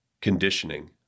conditioning